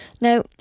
Now